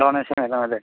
donation ഒക്കെ അല്ലെ